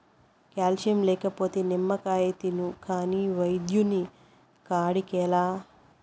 calcium లేకపోతే నిమ్మకాయ తిను కాని వైద్యుని కాడికేలా